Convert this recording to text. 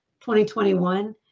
2021